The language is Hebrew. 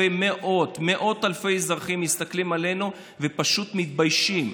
ומאות אלפי אזרחים מסתכלים עלינו ופשוט מתביישים.